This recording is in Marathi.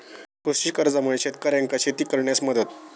कृषी कर्जामुळा शेतकऱ्यांका शेती करण्यास मदत